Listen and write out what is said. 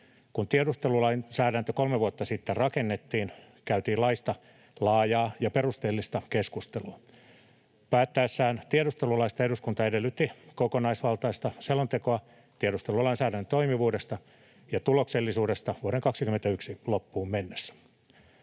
Kun tiedustelulainsäädäntö kolme vuotta sitten rakennettiin, käytiin laista laajaa ja perusteellista keskustelua. Päättäessään tiedustelulaista eduskunta edellytti kokonaisvaltaista selontekoa tiedustelulainsäädännön toimivuudesta ja tuloksellisuudesta vuoden 21 loppuun mennessä.